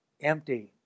empty